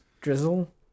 drizzle